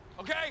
okay